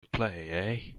play